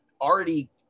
already